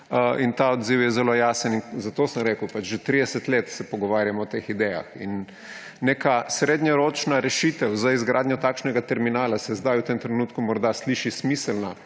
– ta odziv je zelo jasen in zato sem rekel, da se že 30 let pogovarjamo o teh idejah. Neka srednjeročna rešitev za izgradnjo takšnega terminala se zdaj, v tem trenutku morda sliši smiselno